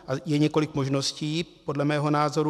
A je několik možností, podle mého názoru.